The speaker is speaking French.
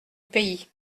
pays